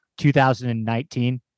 2019